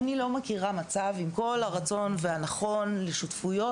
עם כל הרצון הטוב והנכונות לשותפויות,